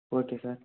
okay sir